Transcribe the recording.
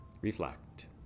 Reflect